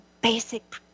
basic